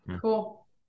Cool